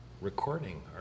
recording